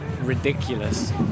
ridiculous